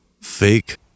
fake